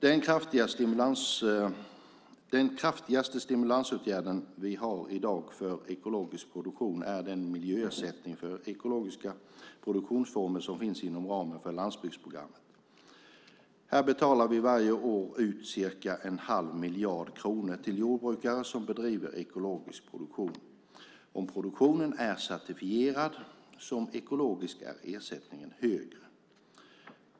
Den kraftigaste stimulansåtgärden för ekologisk produktion som vi har i dag är den miljöersättning för ekologiska produktionsformer som finns inom ramen för landsbygdsprogrammet. Här betalar vi varje år ut ca 1⁄2 miljard kronor till jordbrukare som bedriver ekologisk produktion. Om produktionen är certifierad som ekologisk är ersättningen högre.